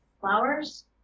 flowers